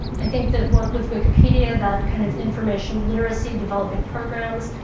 i think that work with wikipedia, that kind of information literacy, developing programs,